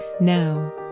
now